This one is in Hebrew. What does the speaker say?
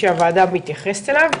שהוועדה מתייחסת אליו,